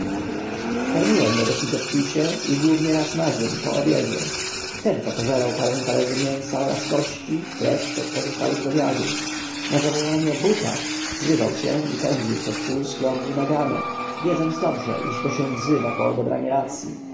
karmiłem go dosyć obficie i głównie raz na dzień po obiedzie wtedy to pożerał parę talerzy mięsa oraz kości resztek pozostałych z obiadu na zawołanie buta zrywał się i pędził co tchu z klombu w ganek wiedząc dobrze iż się go wzywa po odebranie racyi